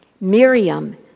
Miriam